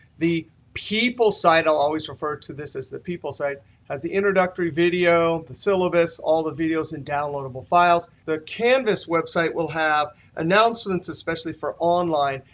the people site i'll always refer to this as the people site has the introductory video, the syllabus, all the videos and downloadable files. the canvas website will have announcements, especially for online,